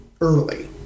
early